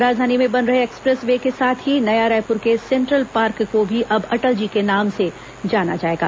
राजधानी में बन रहे एक्सप्रेस वे के साथ ही नया रायपुर के सेंट्रल पार्क को भी अब अटल जी के नाम से जाना जाएगा